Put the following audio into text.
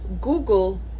Google